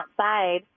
outside